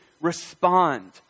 respond